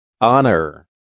Honor